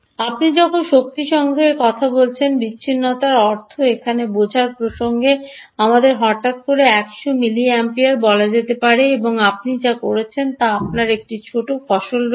আপনি যখন শক্তি সংগ্রহের কথা বলছেন বিচ্ছিন্নতার অর্থ এখানে বোঝার প্রসঙ্গে আমাদের হঠাৎ করে 100 মিলিএমিপিয়ার বলতে বলা যেতে পারে এবং আপনি যা রয়েছেন তা আপনার একটি ছোট ফসল রয়েছে